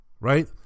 right